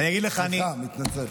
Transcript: סליחה, מתנצל.